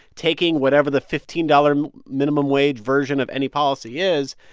taking whatever the fifteen dollars minimum wage version of any policy is,